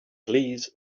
please